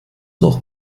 noch